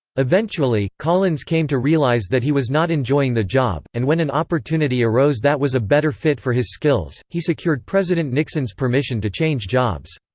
eventually, collins came to realise that he was not enjoying the job, and when an opportunity arose that was a better fit for his skills, he secured president nixon's permission to change jobs.